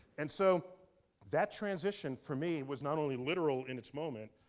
and so that transition for me was not only literal in its moment,